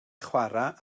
chwarae